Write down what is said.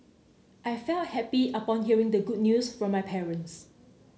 I felt happy upon hearing the good news from my parents